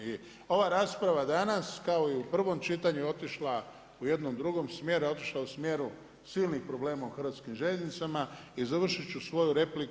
I ova rasprava danas kao i u prvom čitanju je otišla u jednom drugom smjeru, otišla je u smjeru silnih problema u Hrvatskim željeznicama i završit ću svoju repliku.